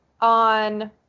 on